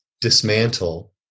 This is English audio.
dismantle